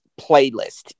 playlist